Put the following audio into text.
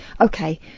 Okay